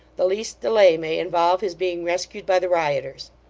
the least delay may involve his being rescued by the rioters